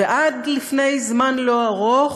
ועד לפני זמן לא ארוך,